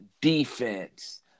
defense